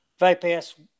VPS